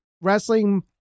wrestling